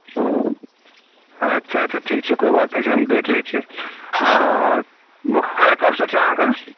अच्छा अच्छा ठीक छै कोइ बात नहि छै हम देख लैत छियै बोखार कबसँ छै अहाँकेँ